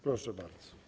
Proszę bardzo.